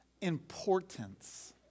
importance